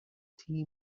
tea